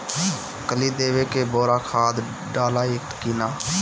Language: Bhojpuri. कली देवे के बेरा खाद डालाई कि न?